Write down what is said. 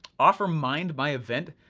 offermind, my event,